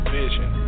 vision